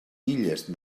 illes